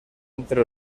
entre